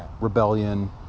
rebellion